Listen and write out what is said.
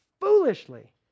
foolishly